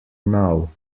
now